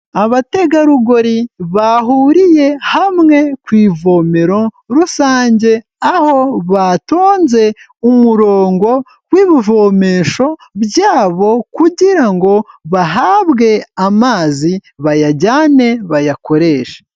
Abategarugori bahuriye hamwe ku ivomero rusange aho batonze umurongo w'ibivomesho byabo kugira ngo bahabwe amazi bayajyane bayakoreshe.